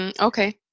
Okay